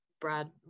Brad